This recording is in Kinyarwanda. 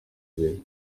abiri